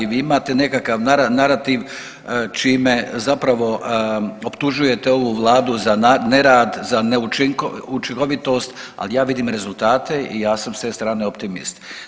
Vi imate nekakav narativ čime zapravo optužujete ovu Vladu za nerad, za neučinkovitost, ali ja vidim rezultate i ja sam s te strane optimist.